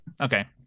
Okay